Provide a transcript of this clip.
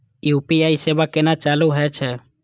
UPI सेवा केना चालू है छै?